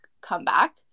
comeback